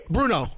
Bruno